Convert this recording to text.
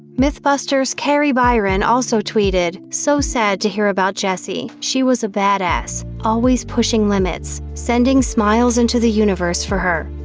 mythbusters' kari byron also tweeted so sad to hear about jessi. she was a badass. always pushing limits. sending smiles into the universe for her.